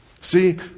See